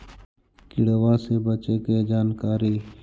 किड़बा से बचे के जानकारी?